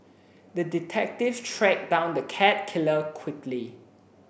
the detective tracked down the cat killer quickly